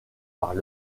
par